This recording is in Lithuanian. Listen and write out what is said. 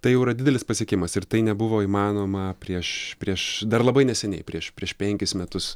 tai jau yra didelis pasiekimas ir tai nebuvo įmanoma prieš prieš dar labai neseniai prieš prieš penkis metus